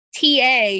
TA